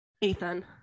Ethan